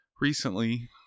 recently